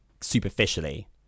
superficially